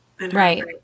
Right